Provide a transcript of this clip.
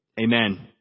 Amen